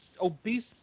obese